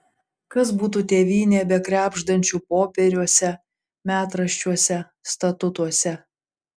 kas būtų tėvynė be krebždančių popieriuose metraščiuose statutuose